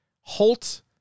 Holt